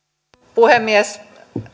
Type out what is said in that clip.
puhemies